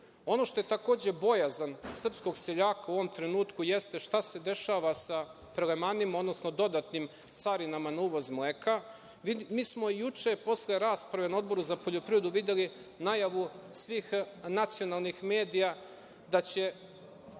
Ono što je takođe bojazan srpskog seljaka u ovom trenutku jeste šta se dešava sa dodatnim carinama na uvoz mleka. Mi smo juče posle rasprave na Odboru za poljoprivredu videli najavu svih nacionalnih medija da će